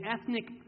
ethnic